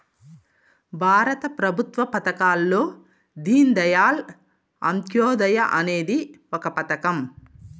భారత ప్రభుత్వ పథకాల్లో దీన్ దయాళ్ అంత్యోదయ అనేది ఒక పథకం